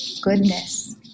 goodness